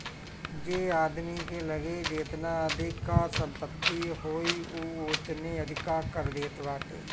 जे आदमी के लगे जेतना अधिका संपत्ति होई उ ओतने अधिका कर देत बाटे